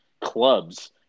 clubs